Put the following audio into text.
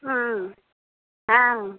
हँ हँ